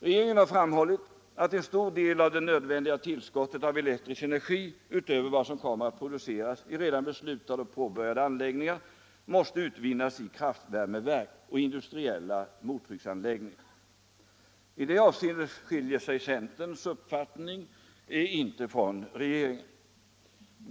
Regeringen har framhållit att en stor del av det nödvändiga tillskottet av elektrisk energi utöver vad som kommer att produceras i redan beslutade och påbörjade anläggningar måste utvinnas i kraftvärmeverk och industriella mottrycksanläggningar. I det avseendet skiljer sig centerns uppfattning inte från regeringens.